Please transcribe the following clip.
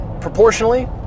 proportionally